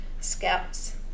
scouts